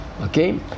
okay